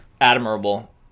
admirable